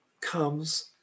comes